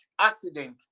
accident